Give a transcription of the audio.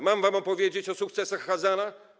Mam wam opowiedzieć o sukcesach Chazana?